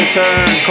turn